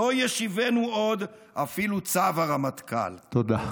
/ לא ישיבנו עוד אפילו צו הרמטכ"ל." תודה.